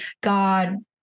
God